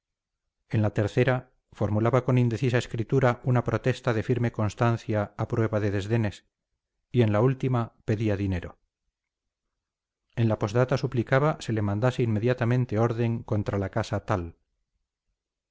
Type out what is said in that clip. en la tercera formulaba con indecisa escritura una protesta de firme constancia a prueba de desdenes y en la última pedía dinero en la postdata suplicaba se le mandase inmediatamente orden contra la casa tal